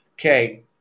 Okay